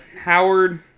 Howard